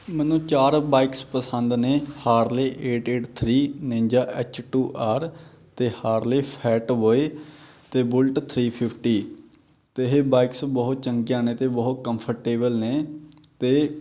ਮੈਨੂੰ ਚਾਰ ਬਾਇਕਸ ਪਸੰਦ ਨੇ ਹਾਰਲੇ ਏਟ ਏਟ ਥਰੀ ਉਣੰਜਾ ਐਚ ਟੂ ਆਰ ਅਤੇ ਹਾਰਲੇ ਫੈਟ ਬੋਏ ਅਤੇ ਬੁਲਟ ਥਰੀ ਫਿਫਟੀ ਅਤੇ ਇਹ ਬਾਈਕਸ ਬਹੁਤ ਚੰਗੀਆਂ ਨੇ ਅਤੇ ਬਹੁਤ ਕੰਫਰਟੇਬਲ ਨੇ ਅਤੇ